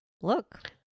look